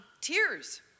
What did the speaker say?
Tears